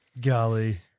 Golly